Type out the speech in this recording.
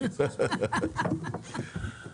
הם מקשיבים לרבנים העיתונאים שלכם?